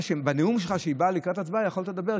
בנאום שלך כשהיא באה לקראת ההצבעה יכולת לדבר.